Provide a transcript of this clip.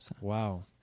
Wow